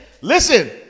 Listen